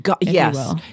Yes